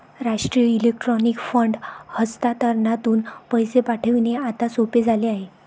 राष्ट्रीय electronic fund हस्तांतरणातून पैसे पाठविणे आता सोपे झाले आहे